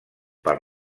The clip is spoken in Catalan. per